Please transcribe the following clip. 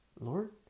Lord